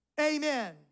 amen